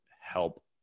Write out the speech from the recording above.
help